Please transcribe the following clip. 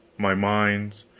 my mines,